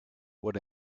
what